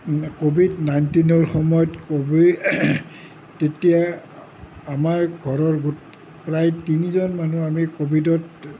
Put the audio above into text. আমি কোভিড নাইণ্টিনৰ সময়ত কোভিড তেতিয়া আমাৰ ঘৰৰ প্ৰায় তিনিজন মানুহ আমি কোভিডত